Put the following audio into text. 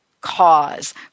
cause